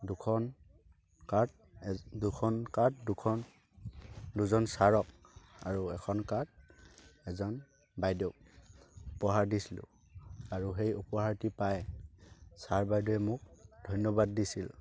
দুখন কাৰ্ড দুখন কাৰ্ড দুখন দুজন ছাৰক আৰু এখন কাৰ্ড এজন বাইদেউক উপহাৰ দিছিলোঁ আৰু সেই উপহাৰটি পায় ছাৰ বাইদেউৱে মোক ধন্য়বাদ দিছিল